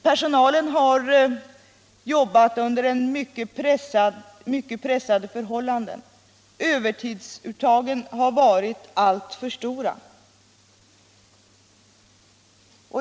Personalen har arbetat under mycket pressade förhållanden, och övertidsuttagen har varit alltför stora.